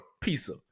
pizza